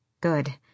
Good